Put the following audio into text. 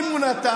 אם הוא נתן,